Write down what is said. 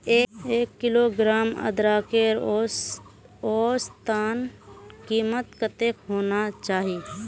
एक किलोग्राम अदरकेर औसतन कीमत कतेक होना चही?